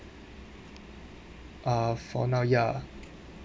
uh for now ya